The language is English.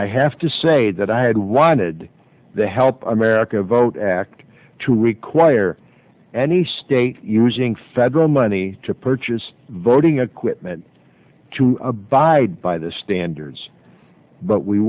i have to say that i had wanted the help america vote act to require any state using federal money to purchase voting equipment to abide by the standards but we